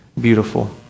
beautiful